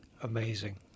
amazing